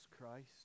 Christ